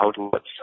outlets